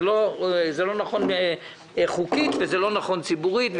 זה לא נכון חוקית ולא נכון ציבורית.